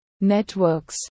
networks